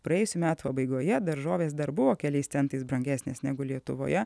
praėjusių metų pabaigoje daržovės dar buvo keliais centais brangesnės negu lietuvoje